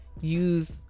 use